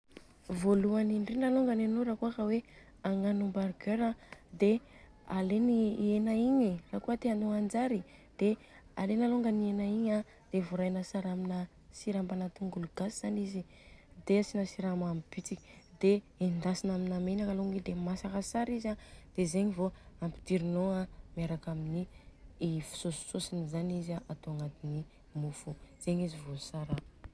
Voalohany indrindra lôaka anô raha ohatra ka hoe agnano hamburgers dia alena alôngany i hena igny. Raha kôa tianô anjary dia alena lôngany i hena igny dia vorahina tsara amina sira ambana tongolo gasy zany izy dia asina siramamy bitika dia endasina amina menaka alônga izy. Dia masaka tsara izy a dia zegny vô ampidirinô miarka amin'ny sôsisôsiny zany izy a atao agnaty mofo.